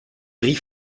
gris